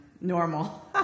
normal